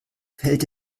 verhält